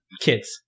kids